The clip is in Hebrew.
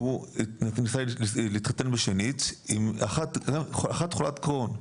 הוא ניסה להתחתן בשנית עם חולת קרוהן.